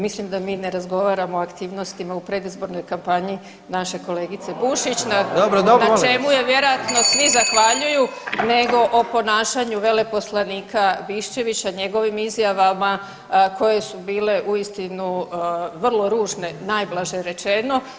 Mislim da mi ne razgovaramo o aktivnostima u predizbornoj kampanji naše kolegice Bušić na čemu joj vjerojatno svi zahvaljuju, nego o ponašanju veleposlanika Biščevića, njegovim izjavama koje su bile uistinu vrlo ružne najblaže rečeno.